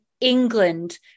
England